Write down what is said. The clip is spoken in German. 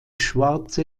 schwarze